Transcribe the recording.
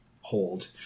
hold